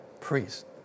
priest